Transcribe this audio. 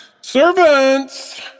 Servants